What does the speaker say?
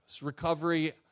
recovery